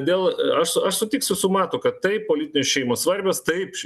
dėl aš su aš sutiksiu su matu kad taip politinės šeimos svarbios taip